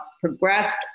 progressed